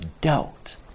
doubt